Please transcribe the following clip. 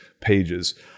pages